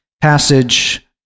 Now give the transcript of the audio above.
passage